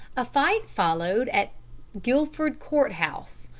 a fight followed at guilford court-house,